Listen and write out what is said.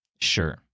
Sure